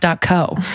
co